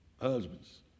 Husbands